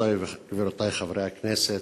גבירותי ורבותי חברי הכנסת,